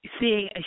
seeing